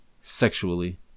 Sexually